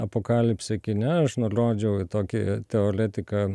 apokalipsė kine aš nurodžiau tokį teoletiką